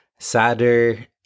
Sadder